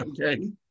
Okay